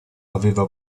aveva